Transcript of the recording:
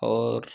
और